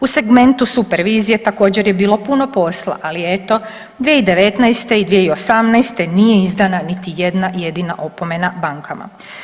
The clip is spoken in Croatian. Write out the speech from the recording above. U segmentu supervizije također je bilo puno posla, ali eto 2019.-te i 2018.-te nije izdana niti jedna jedina opomena bankama.